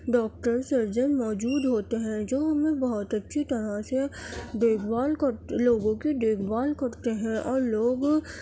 doctor surgeon موجود ہوتے ہیں جو ہمیں بہت اچھی طرح سے دیکھ بھال کر لوگوں کی دیکھ بھال کرتے ہیں اور لوگ